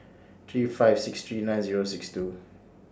three five six three nine Zero six two